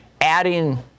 adding